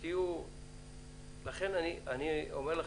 לכן אני אומר,